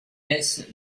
hesse